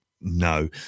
no